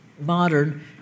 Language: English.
modern